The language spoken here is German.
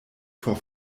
vor